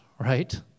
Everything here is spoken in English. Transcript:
right